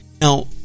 Now